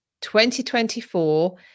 2024